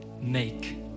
make